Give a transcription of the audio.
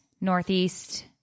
Northeast